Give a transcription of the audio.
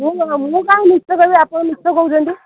ମୁଁ ନୁହଁ ମୁଁ କାହିଁ ମିଛ କହିବି ଆପଣ ମିଛ କହୁଛନ୍ତି